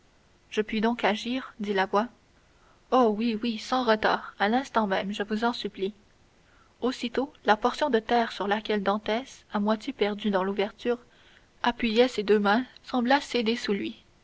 je puis donc agir dit la voix oh oui oui sans retard à l'instant même je vous en supplie aussitôt la portion de terre sur laquelle dantès à moitié perdu dans l'ouverture appuyait ses deux mains sembla céder sous lui